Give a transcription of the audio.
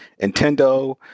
Nintendo